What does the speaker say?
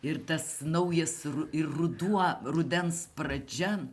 ir tas naujas ir ruduo rudens pradžia